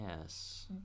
Yes